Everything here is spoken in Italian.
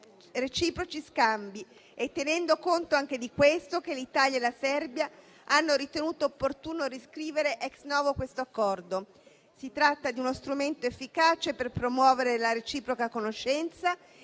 reciproci scambi: è tenendo conto anche di questo che l'Italia e la Serbia hanno ritenuto opportuno riscrivere *ex novo* l'Accordo. Si tratta di uno strumento efficace per promuovere la reciproca conoscenza e